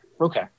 okay